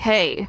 Hey